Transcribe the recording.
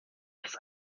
das